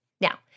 Now